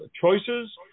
Choices